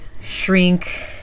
shrink